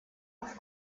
auf